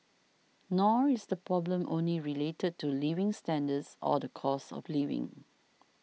nor is the problem only related to living standards or the cost of living